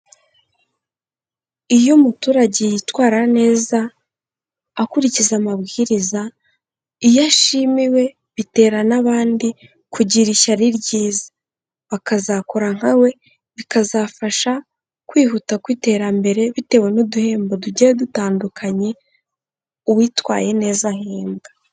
Iyo umuturage yitwara neza akurikiza amabwiriza, iyo ashimiwe bitera n'abandi kugira ishyari ryiza, bakazakora nka we bikazafasha kwihuta ku iterambere bitewe n'uduhembo tugiye dutandukanye uwitwaye neza ahembwa.